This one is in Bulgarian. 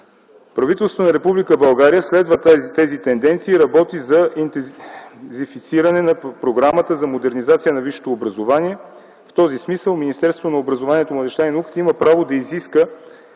Правителството на Република България следва тези тенденции и работи за интензифициране на Програмата за модернизация на висшето образование. В този смисъл Министерството на образованието, младежта и науката има право да изиска